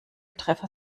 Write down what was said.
treffer